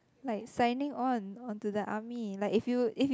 like signing on onto the army like if you if you